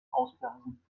ausblasen